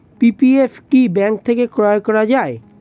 PPF কি bank থেকে ক্রয় করা যায়?